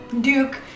duke